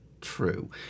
true